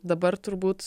dabar turbūt